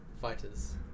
Fighters